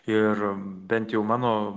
ir bent jau mano